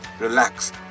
relax